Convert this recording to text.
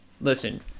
Listen